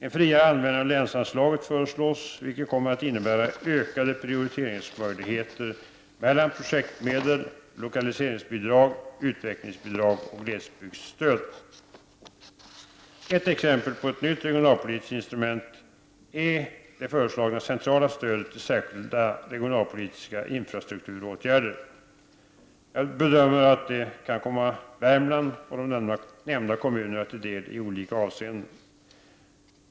En friare användning av länsanslaget föreslås, vilket kommer att innebära ökade prioriteringsmöjligheter mellan projektmedel, lokaliseringsbidrag, utvecklingsbidrag och glesbygdsstöd. Ett exempel på ett nytt regionalpolitiskt instrument är det föreslagna centrala stödet till särskilda regionalpolitiska infrastrukturåtgärder. Jag bedömer att det kan komma Värmland och de nämnda kommunerna till del i olika avseenden.